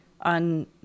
on